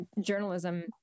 journalism